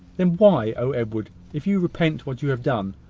then why. oh! edward, if you repent what you have done,